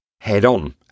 head-on